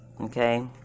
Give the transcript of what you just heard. okay